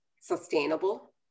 sustainable